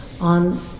on